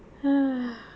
!hais!